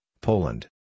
Poland